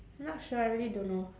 not sure I really don't know